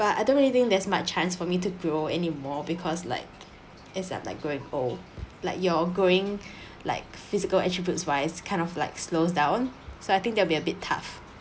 but I don't really think there's much chance for me to grow anymore because like is at like growing old like you're going like physical attributes wise kind of like slows down so I think they'll be a bit tough